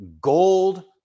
gold